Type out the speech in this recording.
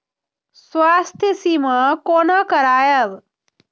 स्वास्थ्य सीमा कोना करायब?